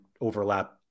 overlap